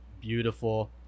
beautiful